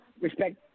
Respect